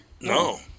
No